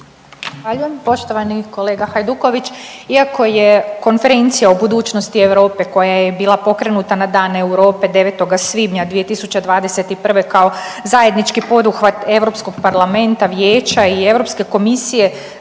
Zahvaljujem. Poštovani kolega Hajduković, iako je Konferencija o budućnosti Europe koja je bila pokrenuta na Dan Europe 9. svibnja 2021. kao zajednički poduhvat EP-a, Vijeća i EK završila,